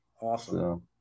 awesome